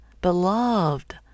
beloved